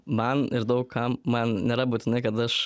man ir daug kam man nėra būtinai kad aš